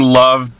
love